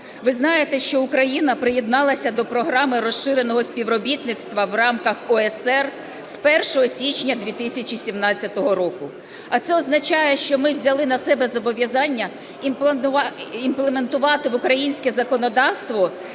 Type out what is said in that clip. Ви знаєте, що Україна приєдналась до Програми розширеного співробітництва в рамках ОЕСР з 1 січня 2017 року. А це означає, що ми взяли на себе зобов'язання імплементувати в українське законодавство